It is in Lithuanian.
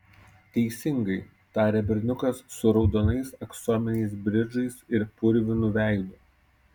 teisingai tarė berniukas su raudonais aksominiais bridžais ir purvinu veidu